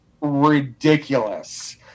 ridiculous